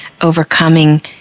overcoming